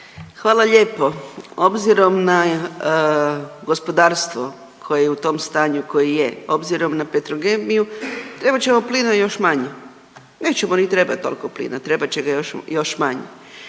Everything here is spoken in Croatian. Hvala lijepo. Obzirom na gospodarstvo koje u tom stanju koje je, obzirom na Petrokemiju trebat ćemo plina još manje, nećemo ni trebat toliko plina trebat će ga još manje.